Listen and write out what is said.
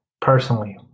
Personally